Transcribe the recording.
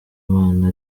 imana